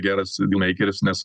geras meikeris nes